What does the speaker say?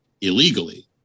illegally